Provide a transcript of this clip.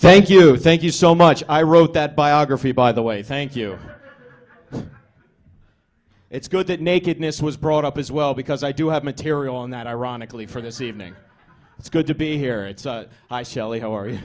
thank you thank you so much i wrote that biography by the way thank you it's good that nakedness was brought up as well because i do have material on that ironically for this evening it's good to be here it's a hi shelley how are you